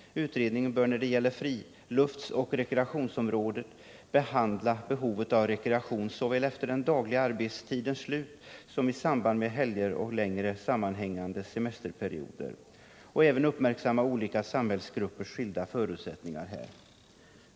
Utredningen bör när det gäller friluftsoch rekreationsområdet behandla behovet av rekreation såväl efter den dagliga arbetstidens slut som i samband med helger och längre sammanhängande semesterperioder och även uppmärksamma olika samhällsgruppers skilda förutsättningar härvidlag.